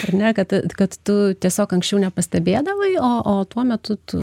ar ne kad kad tu tiesiog anksčiau nepastebėdavai o o tuo metu tu